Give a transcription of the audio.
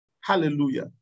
hallelujah